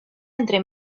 entre